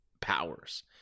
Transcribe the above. powers